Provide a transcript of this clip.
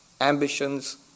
ambitions